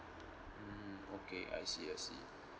mm okay I see I see